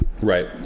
Right